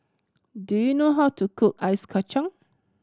do you know how to cook Ice Kachang